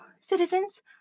citizens